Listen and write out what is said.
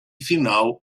final